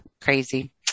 Crazy